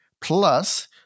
plus